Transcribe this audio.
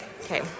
Okay